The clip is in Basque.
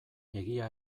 egia